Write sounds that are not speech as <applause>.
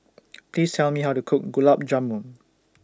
<noise> Please Tell Me How to Cook Gulab Jamun